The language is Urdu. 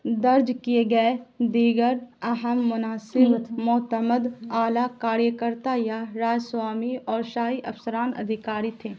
درج کیے گئے دیگر اہم مناصب معتمد اعلٰی کاریا کرتا یا رائسوامی اور شاہی افسران ادھیکاری تھے